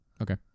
Okay